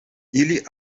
ili